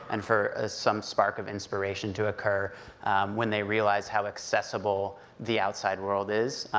and for ah some spark of inspiration to occur when they realize how accessible the outside world is.